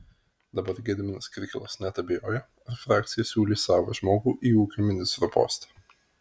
dabar gediminas kirkilas net abejoja ar frakcija siūlys savą žmogų į ūkio ministro postą